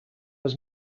was